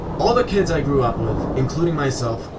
all the kids i grew up with, including myself,